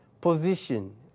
position